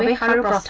hundred but